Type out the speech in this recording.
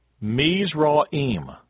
Mizraim